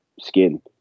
skin